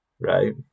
right